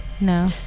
No